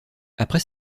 après